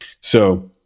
So-